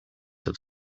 have